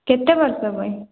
କେତେ ବର୍ଷ ପାଇଁ